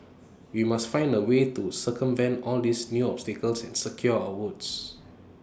we must find A way to circumvent all these new obstacles and secure our votes